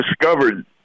discovered